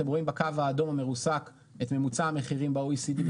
אתם רואים בקו האדום המרוסק את ממוצע המחירים ב-OECD,